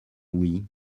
oui